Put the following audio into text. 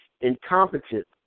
incompetent